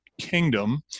kingdom